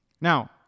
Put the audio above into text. Now